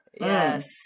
Yes